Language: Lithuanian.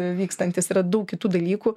vykstantis yra daug kitų dalykų